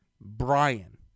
Brian